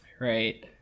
right